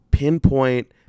pinpoint